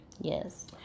Yes